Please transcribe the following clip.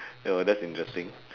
oh that's interesting